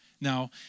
Now